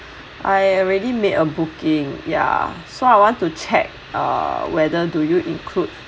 I already made a booking ya so I want to check uh whether do you include